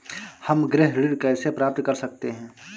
हम गृह ऋण कैसे प्राप्त कर सकते हैं?